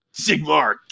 Sigmar